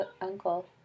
uncle